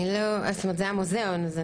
זה המוזיאון.